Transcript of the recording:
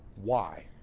why?